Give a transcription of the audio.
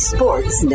Sports